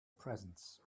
presence